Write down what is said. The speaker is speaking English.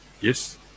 Yes